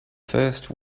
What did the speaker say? first